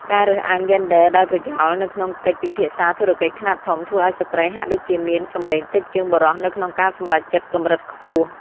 ការរើសអើងយេនឌ័រដោយប្រយោលនៅក្នុងកិច្ចពិភាក្សាធុរកិច្ចខ្នាតធំ ធ្វើឱ្យស្ត្រីហាក់ដូចជាមានសំឡេងតិចជាងបុរសនៅក្នុងការសម្រេចចិត្តកម្រិតខ្ពស់។